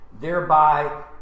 Thereby